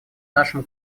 нашем